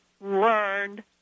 learned